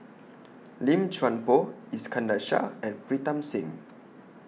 Lim Chuan Poh Iskandar Shah and Pritam Singh